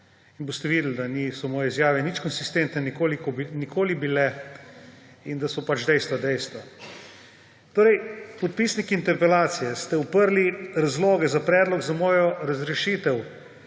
in boste videli, da moje izjave niso nič nekonsistentne, nikoli bile in da so pač dejstva dejstva. Torej, podpisniki interpelacije ste oprli razloge za predlog za mojo razrešitev